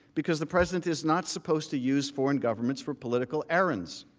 because the president is not supposed to use for and governments for political errands.